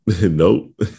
Nope